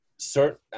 Certain